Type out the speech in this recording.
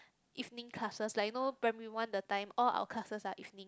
evening classes like you know primary one the time all our classes are evening